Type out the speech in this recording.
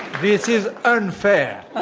this is unfair. ah